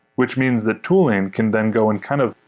which means that tooling can then go and kind of,